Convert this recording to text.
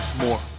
more